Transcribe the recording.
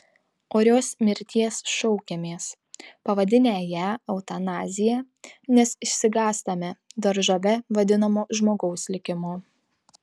orios mirties šaukiamės pavadinę ją eutanazija nes išsigąstame daržove vadinamo žmogaus likimo